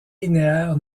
linéaire